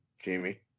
Jamie